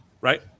Right